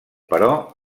però